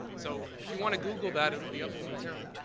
so if you want to google that it will be up momentarily.